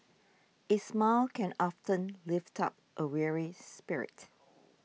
a smile can often lift up a weary spirit